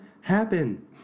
happen